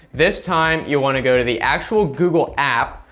this time you want to go to the actual google app,